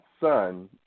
son